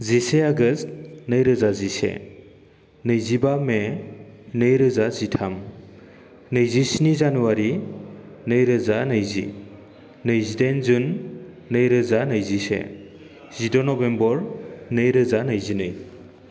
जिसे आगष्ट नैरोजा जिसे नैजिबा मे नैरोजा जिथाम नैजिस्नि जानुवारी नैरोजा नैजि नैजिदाइन जुन नैरोजा नैजिसे जिद' नबेम्बर नैरोजा नैजिनै